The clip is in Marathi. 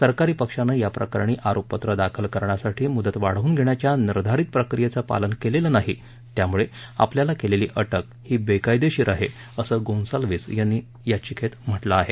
सरकारी पक्षाने याप्रकरणी आरोपपत्र दाखल करण्यासाठी मुदत वाढवून घेण्याच्या निर्धारित प्रक्रियेचं पालन केलेलं नाही त्यामुळे आपल्याला केलेली अटक ही बेकायदेशीर आहे असं गोन्साल्विस यांनी याचिकेत म्हटलं आहे